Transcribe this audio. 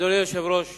אדוני היושב-ראש,